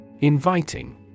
Inviting